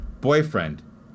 boyfriend